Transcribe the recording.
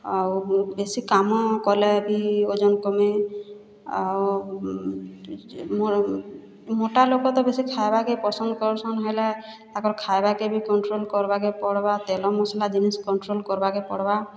ଆଉ ବେଶୀ କାମ କଲେ ବି ଓଜନ୍ କମେ ଆଉ ମୋଟା ଲୋକ ତ ବେଶୀ ଖାଏବାକେ ପସନ୍ଦ୍ କରସନ୍ ହେଲେ ତାଙ୍କର ଖାଏବାକେ ବି କଣ୍ଟ୍ରୋଲ୍ କର୍ବାକେ ପଡ଼୍ବା ତେଲ ମସଲା ଜିନିଷ କଣ୍ଟ୍ରୋଲ୍ କର୍ବାକେ ପଡ଼୍ବା